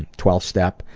twelve step,